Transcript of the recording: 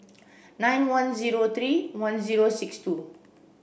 nine one zero three one zero six two